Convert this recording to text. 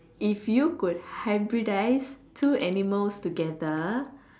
if you could hybridize two animals together